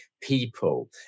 people